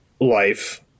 life